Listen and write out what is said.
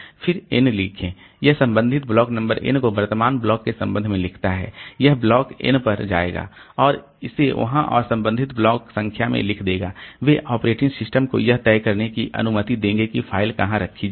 फिर n लिखें यह संबंधित ब्लॉक नंबर n को वर्तमान ब्लॉक के संबंध में लिखता है यह ब्लॉक n पर जाएगा और इसे वहां और संबंधित ब्लॉक संख्या में लिख देगा वे ऑपरेटिंग सिस्टम को यह तय करने की अनुमति देंगे कि फाइल कहां रखी जाए